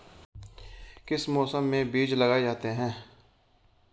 किस मौसम में बीज लगाए जाते हैं?